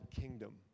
kingdom